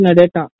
data